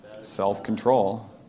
Self-control